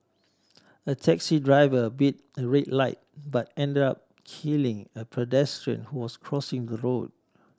a taxi driver beat a red light but ended up killing a pedestrian who was crossing the road